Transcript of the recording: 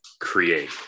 create